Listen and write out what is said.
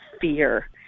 fear